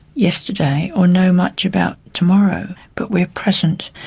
yesterday or know much about tomorrow, but we are present.